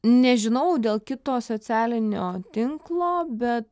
nežinau dėl kito socialinio tinklo bet